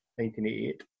1988